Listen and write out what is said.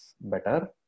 better